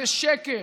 זה שקר.